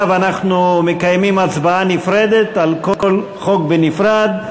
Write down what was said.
אנחנו מקיימים הצבעה נפרדת על כל חוק בנפרד.